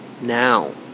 now